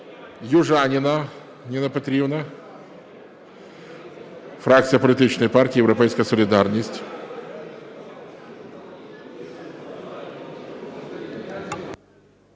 Южаніна Ніна Петрівна, фракція політичної партії "Європейська солідарність".